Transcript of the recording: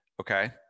Okay